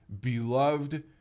beloved